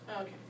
Okay